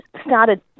started